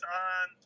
on